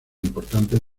importantes